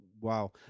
Wow